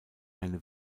eine